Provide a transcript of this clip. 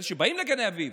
אלה שבאים לגני אביב,